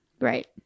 Right